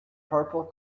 purple